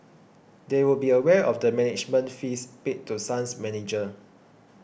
they would be aware of the management fees paid to Sun's manager